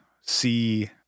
see